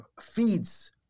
feeds